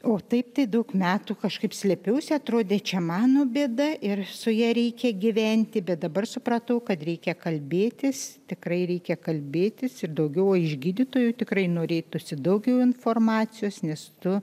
o taip tai daug metų kažkaip slėpiausi atrodė čia mano bėda ir su ja reikia gyventi bet dabar supratau kad reikia kalbėtis tikrai reikia kalbėtis ir daugiau iš gydytojų tikrai norėtųsi daugiau informacijos nes tu